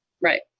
Right